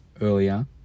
earlier